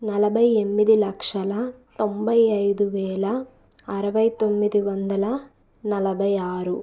నలభై ఎనిమిది లక్షల తొంభై ఐదు వేల అరవై తొమ్మిది వందల నలభై ఆరు